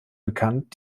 bekannt